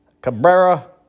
Cabrera